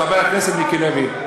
אבל אתה דיברת, חבר הכנסת מיקי לוי.